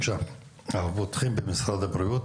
אנחנו פותחים עם משרד הבריאות,